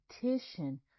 petition